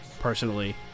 personally